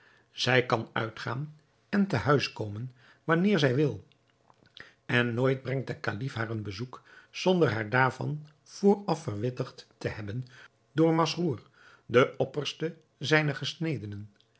zij kan uitgaan en te huis komen wanneer zij wil en nooit brengt de kalif haar een bezoek zonder haar daarvan vooraf verwittigd te hebben door masrour den opperste zijner gesnedenen